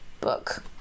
Book